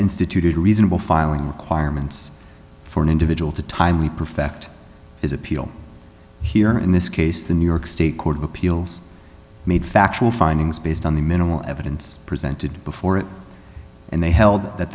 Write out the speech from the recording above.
instituted reasonable filing requirements for an individual to timely perfect his appeal here in this case the new york state court of appeals made factual findings based on the minimal evidence presented before it and they held that